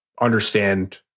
understand